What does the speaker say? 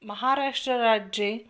महाराष्ट्रराज्ये